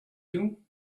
you